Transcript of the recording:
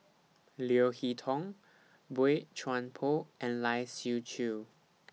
Leo Hee Tong Boey Chuan Poh and Lai Siu Chiu